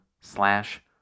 slash